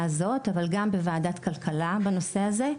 הזאת אבל גם בוועדת כלכלה בנושא הזה,